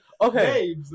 Okay